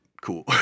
cool